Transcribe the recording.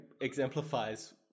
exemplifies